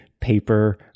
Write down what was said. paper